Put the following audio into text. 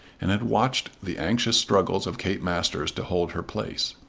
and had watched the anxious struggles of kate masters to hold her place.